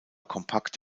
kompakt